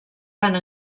tant